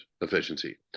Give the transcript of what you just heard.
efficiency